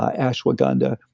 ashwagandha,